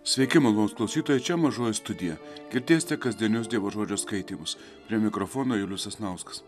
sveikimą malonūs klausytojai čia mažoji studija girdėsite kasdienius dievo žodžio skaitymus prie mikrofono julius sasnauskas